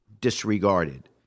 disregarded